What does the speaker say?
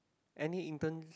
any intern